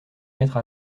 mettre